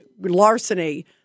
larceny